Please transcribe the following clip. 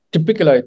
Typical